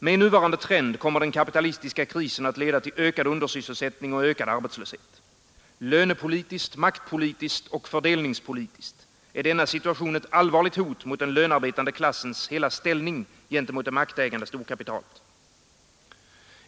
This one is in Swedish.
Med nuvarande trend kommer den kapitalistiska krisen att leda till ökad undersysselsättning och ökad arbetslöshet. Lönepolitiskt, maktpolitiskt och fördelningspolitiskt är denna situation ett allvarligt hot mot den lönarbetande klassens hela ställning gentemot det maktägande storkapitalet.